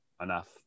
enough